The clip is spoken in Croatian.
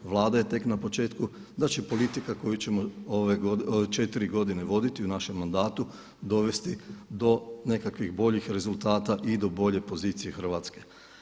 Vlada je tek na početku da će politika koju ćemo ove četiri godine voditi u našem mandatu dovesti do nekakvih boljih rezultata i do bolje pozicije Hrvatske.